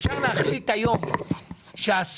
אפשר להחליט היום שאסור